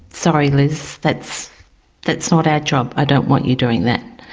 sorry, lis, that's that's not our job. i don't want you doing that.